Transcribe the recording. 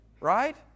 Right